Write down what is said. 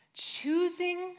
choosing